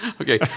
Okay